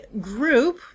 group